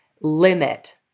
limit